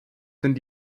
sind